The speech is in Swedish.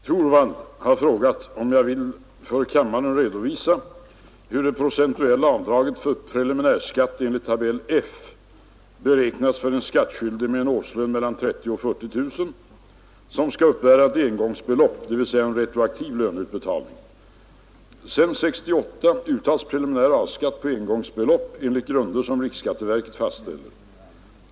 Herr talman! Herr Torwald har frågat om jag vill för kammaren redovisa hur det procentuella avdraget för preliminär skatt enligt tabell F beräknats för en skattskyldig med en årslön på 30 001-40 000 kronor, som skall uppbära ett engångsbelopp, t.ex. en retroaktiv löneutbetalning. Sedan år 1968 uttas preliminär A-skatt på engångsbelopp enligt grunder som riksskatteverket fastställer.